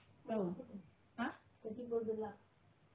tahu ah